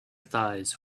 thighs